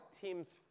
teams